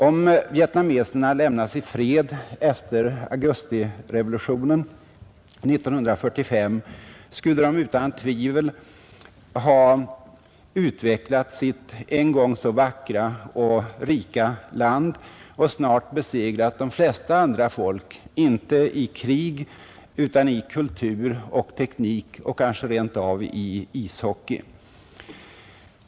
Om vietnameserna lämnats i fred efter augustirevolutionen 1945, skulle de utan tvivel ha utvecklat sitt en gång så vackra och rika land och snart ha besegrat de flesta andra folk — inte i krig utan i kultur och teknik och kanske rent av i ishockey.